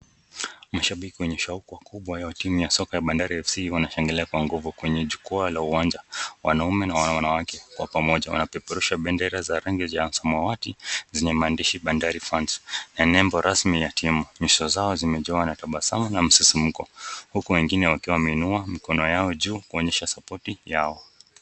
Mashabiki wenye shauku kubwa ya timu ya soka ya Bandari FC,wanashangilia kwa nguvu kwenye jukwaa la uwanja. Wanaume na wanawake kwa pamoja, wanapeperusha bendera za rangi ya samawati zenye maandishi Bandari Fans, na nembo rasmi ya timu. Nyuso zao zimejawa na tabasamu na msisimko, huku wengine wakiwa wameinua mikono yao juu kuonyesha sapoti yao.